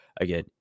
again